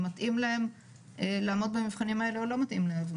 מתאים להן לעמוד במבחנים האלה או לא מתאים להן לעמוד.